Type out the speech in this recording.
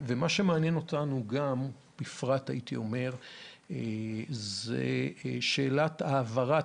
מה שמעניין אותנו בפרט זה שאלת העברת